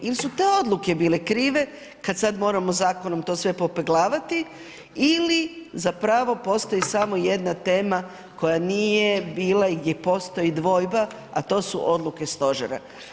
Il su te odluke bile krive kad sad moramo zakonom to sve popeglavati ili zapravo postoji samo jedna tema koja nije bila i gdje postoji dvojba, a to su odluke stožera.